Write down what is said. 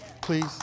Please